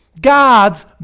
God's